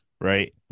right